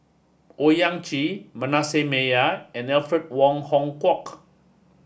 Owyang Chi Manasseh Meyer and Alfred Wong Hong Kwok